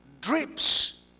drips